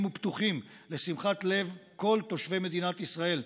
ופתוחים לשמחת לב כל תושבי מדינת ישראל,